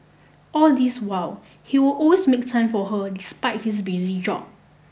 all this while he would always make time for her despite his busy job